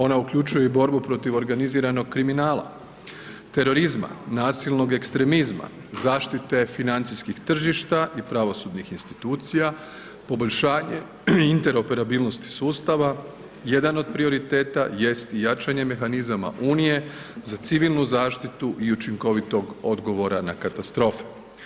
Ona uključuje i borbu protiv organiziranog kriminala, terorizma, nasilnog ekstremizma, zaštite financijskih tržišta i pravosudnih institucija, poboljšanje interoperabilnosti sustava, jedan od prioriteta jest i jačanje mehanizama unije za civilnu zaštitu i učinkovitog odgovora na katastrofe.